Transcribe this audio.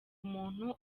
umuntu